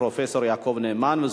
פרופסור יעקב נאמן.